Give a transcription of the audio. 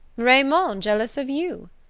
raymond jealous of you?